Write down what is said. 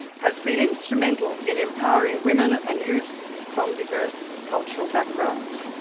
has been instrumental in empowering women and youth from diverse cultural backgrounds.